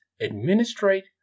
administrate